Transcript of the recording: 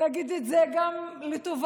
נגיד את זה גם לטובתו.